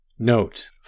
Note